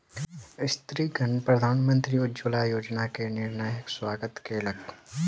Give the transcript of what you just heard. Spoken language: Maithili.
स्त्रीगण प्रधानमंत्री उज्ज्वला योजना के निर्णयक स्वागत कयलक